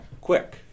quick